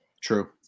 True